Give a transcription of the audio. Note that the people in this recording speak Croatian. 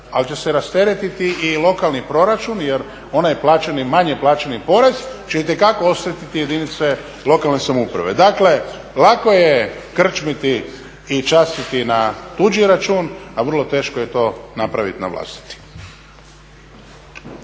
ali će se rasteretiti i lokalni proračun jer onaj manje plaćeni porez će itekako osjetiti jedinice lokalne samouprave. Dakle, lako je krčmiti i častiti na tuđi račun, a vrlo teško je to napraviti na vlastiti.